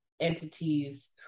entities